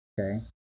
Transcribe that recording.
okay